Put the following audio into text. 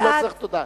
אני לא צריך תודה.